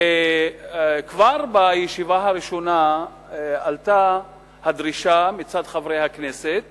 וכבר בישיבה הראשונה עלתה הדרישה מצד חברי הכנסת